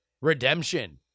redemption